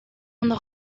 ondo